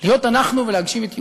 להיות אנחנו ולהגשים את ייעודנו.